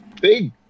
big